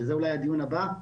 וזה אולי הדיון הבא,